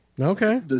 Okay